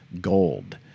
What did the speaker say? gold